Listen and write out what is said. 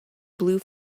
blue